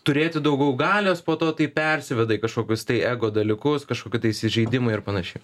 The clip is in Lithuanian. turėti daugiau galios po to tai persiveda į kažkokius tai ego dalykus kažkokių tai įsižeidimų ir panašiai